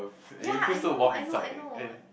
ya I know I know I know